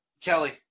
Kelly